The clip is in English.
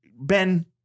Ben